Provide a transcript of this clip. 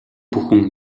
бүхэн